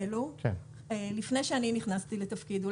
לפני שאני נכנסתי לתפקיד.